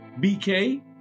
BK